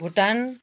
Bhutan